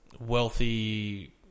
wealthy